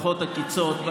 ופחות עקיצות.